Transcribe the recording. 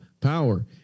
power